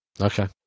Okay